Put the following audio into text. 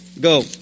Go